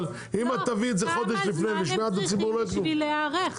אבל אם את תביאי את זה חודש לפני לשמיעת הציבור לא יקרה כלום.